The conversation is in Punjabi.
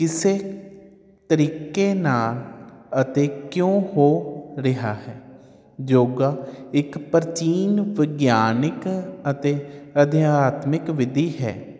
ਕਿਸੇ ਤਰੀਕੇ ਨਾਲ ਅਤੇ ਕਿਉਂ ਹੋ ਰਿਹਾ ਹੈ ਯੋਗਾ ਇੱਕ ਪ੍ਰਾਚੀਨ ਵਿਗਿਆਨਿਕ ਅਤੇ ਅਧਿਆਤਮਿਕ ਵਿਧੀ ਹੈ